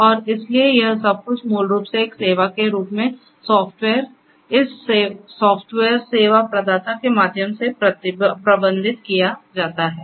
और इसलिए यह सब कुछ मूल रूप से एक सेवा के रूप में सॉफ्टवेयर इस सॉफ्टवेयर सेवा प्रदाता के माध्यम से प्रबंधित किया जाता है